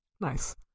Nice